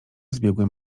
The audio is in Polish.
zbiegłem